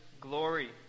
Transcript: glory